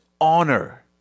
honor